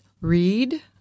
read